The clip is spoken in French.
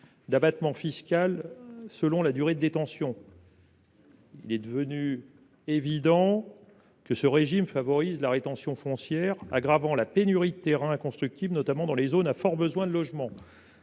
d’abattement fiscal lié à la durée de détention. Il est devenu évident que ce régime favorise la rétention foncière, aggravant la pénurie de terrains constructibles, notamment dans les zones à forts besoins de logements.